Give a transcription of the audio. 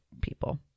people